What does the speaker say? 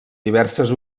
diverses